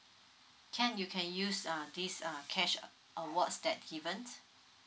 can you can use uh this uh cash awards that's given